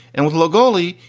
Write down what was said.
and with a low goalie,